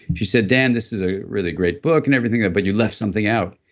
she said, dan, this is a really great book and everything, ah but you left something out.